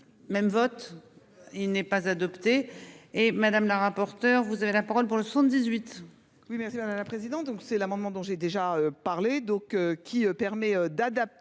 Même vote. Il n'est pas adopté et madame la rapporteure. Vous avez la parole pour 78.